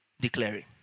Declaring